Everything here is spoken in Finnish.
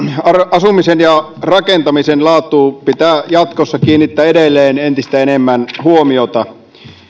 asumisen ja rakentamisen laatuun pitää jatkossa kiinnittää edelleen entistä enemmän huomiota